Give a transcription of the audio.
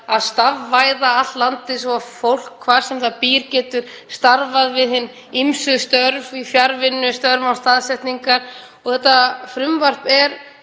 að stafvæða allt landið svo fólk hvar sem það býr geti starfað við hin ýmsu störf í fjarvinnu, störf án staðsetningar. Þetta frumvarp er